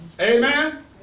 Amen